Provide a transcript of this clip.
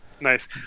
Nice